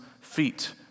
feet